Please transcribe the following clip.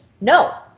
no